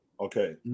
Okay